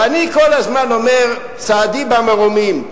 ואני כל הזמן אומר: סהדי במרומים,